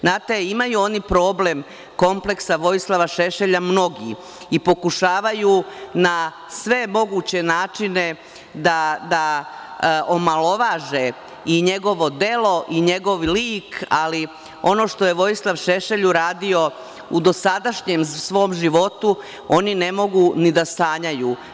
Znate, imaju oni problem kompleksa Vojislava Šešelja, mnogi i pokušavaju na sve moguće načine da omalovaže i njegovo delo i njegov lik, ali ono što je Vojislav Šešelj uradio u dosadašnjem svom životu, oni ne mogu ni da sanjaju.